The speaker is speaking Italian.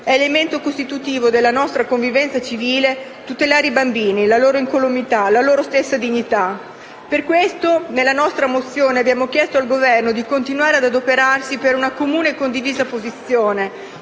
È elemento costitutivo della nostra convivenza civile tutelare i bambini, la loro incolumità, la loro stessa dignità. Per questo nella nostra mozione abbiamo chiesto al Governo di continuare ad adoperarsi per una comune e condivisa posizione